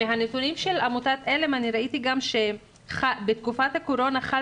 מהנתונים של עמותת על"ם אני ראיתי גם שבתקופת הקורונה חל